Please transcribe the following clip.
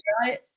right